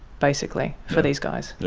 basically, for these guys. yeah